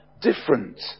different